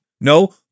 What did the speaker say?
No